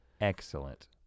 excellent